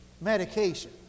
medication